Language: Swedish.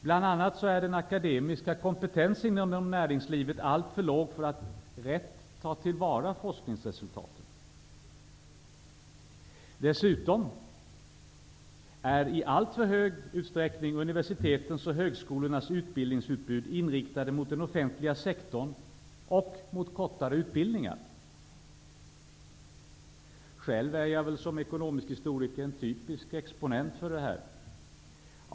Bl.a. är den akademiska kompetensen inom näringslivet alltför låg för att man rätt skall kunna ta till vara forskningsresultat. Dessutom har i alltför stor utsträckning universitetens och högskolornas utbildningsutbud inriktats mot den offentliga sektorn och mot kortare utbildningar. Själv är jag som ekonomisk historiker en typisk exponent på detta.